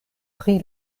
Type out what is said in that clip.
pri